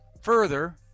further